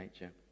nature